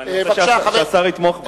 אבל אני רוצה שהשר יתמוך בה.